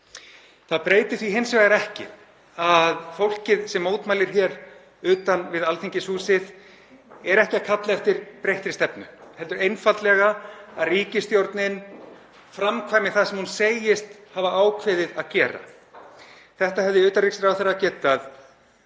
Það breytir því hins vegar ekki að fólkið sem mótmælir utan við Alþingishúsið er ekki að kalla eftir breyttri stefnu heldur einfaldlega því að ríkisstjórnin framkvæmi það sem hún segist hafa ákveðið að gera. Þessu hefði utanríkisráðherra getað